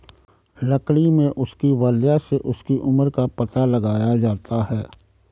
लकड़ी में उसकी वलय से उसकी उम्र का पता लगाया जाता है